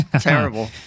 terrible